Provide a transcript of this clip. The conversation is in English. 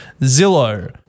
Zillow